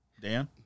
Dan